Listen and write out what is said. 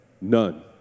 None